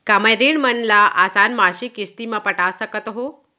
का मैं ऋण मन ल आसान मासिक किस्ती म पटा सकत हो?